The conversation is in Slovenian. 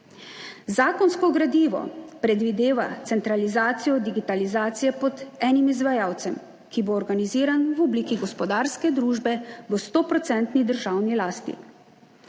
Zakonsko gradivo predvideva centralizacijo digitalizacije pod enim izvajalcem, ki bo organiziran v obliki gospodarske družbe v sto procentni državni lasti.